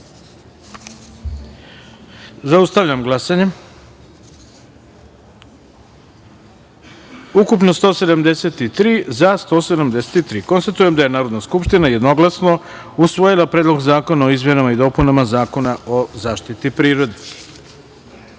taster. Zaustavljam glasanje: ukupno 173, za – 173.Konstatujem da je Narodna skupština jednoglasno usvojila Predlog zakona o izmenama i dopunama Zakona o zaštiti prirode. Tačka